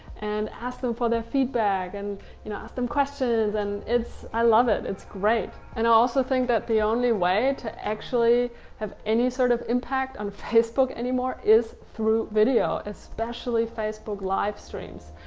and ask them for their feedback and you know ask them questions and i love it. it's great. and i also think that the only way to actually have any sort of impact on facebook anymore is through video, especially facebook live streams.